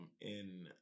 in-